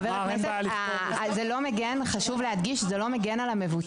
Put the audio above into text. חבר הכנסת, זה לא מגן על המבוטח.